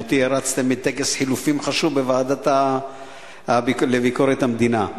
גם אותי הרצתם מטקס חילופים חשוב בוועדה לביקורת המדינה.